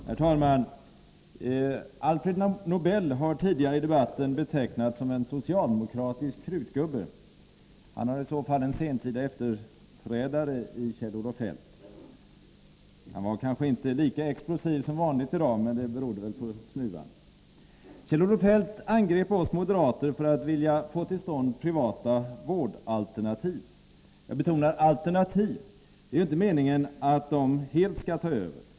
Herr talman! Alfred Nobel har tidigare i debatten betecknats som en socialdemokratisk krutgubbe. Han har i så fall en sentida efterträdare i Kjell-Olof Feldt. I dag var Kjell-Olof Feldt kanske inte lika explosiv som vanligt, men det berodde väl på snuva. Kjell-Olof Feldt angrep oss moderater för att vilja få till stånd privata vårdalternativ. Jag betonar alternativ. Det är ju inte meningen att de helt skall ta över.